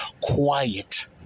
quiet